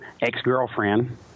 ex-girlfriend